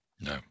No